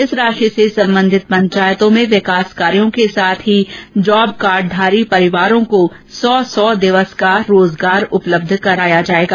इस राशि से सम्बन्धित पंचायतों में विकास कार्यों के साथ ही जॉब कार्डधारी परिवारों को सौ सौ दिवस रोजगार उपलब्ध करवाया जाएगा